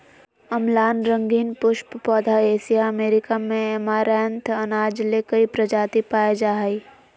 अम्लान रंगीन पुष्प पौधा एशिया अमेरिका में ऐमारैंथ अनाज ले कई प्रजाति पाय जा हइ